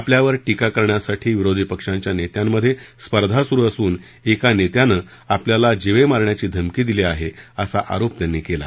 आपल्यावर टीका करण्यासाठी विरोधी पक्षांच्या नेत्यांमध्ये स्पर्धा सुरू असून एका नेत्यानं आपल्याला जीवे मारण्याची धमकी दिली आहे असा आरोप त्यांनी केला